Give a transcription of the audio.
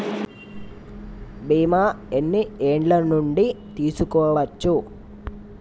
బీమా ఎన్ని ఏండ్ల నుండి తీసుకోవచ్చు?